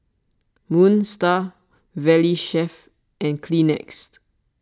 Moon Star Valley Chef and Kleenex